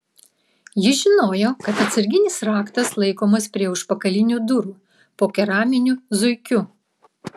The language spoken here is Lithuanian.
jis žinojo kad atsarginis raktas laikomas prie užpakalinių durų po keraminiu zuikiu